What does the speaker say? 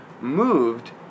moved